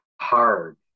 hard